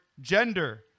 gender